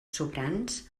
sobrants